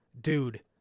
Dude